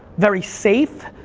very safe,